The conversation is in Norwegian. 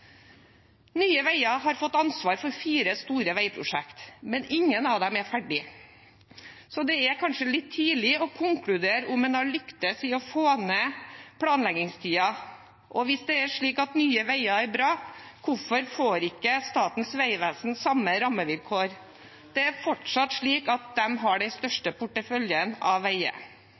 Nye Veier har fått ansvar for fire store veiprosjekt, men ingen av dem er ferdige, så det er kanskje litt tidlig å konkludere med hvorvidt man har lyktes med å få ned planleggingstiden. Og hvis det er slik at Nye Veier er bra, hvorfor får ikke Statens vegvesen samme rammevilkår? Det er fortsatt slik at de har den største porteføljen av veier.